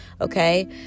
okay